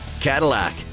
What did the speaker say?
Cadillac